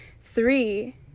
Three